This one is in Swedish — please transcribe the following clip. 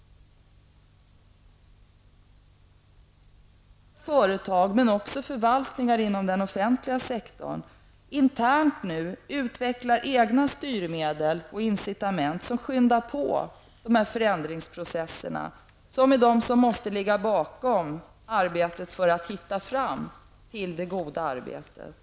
Det är viktigt att företag och också förvaltningar inom den offentliga sektorn internt utvecklar styrmedel och incitament som skyndar på de förändringsprocesser som ligger bakom arbetet för att hitta fram till ''det goda arbetet''.